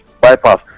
bypass